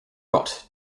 rot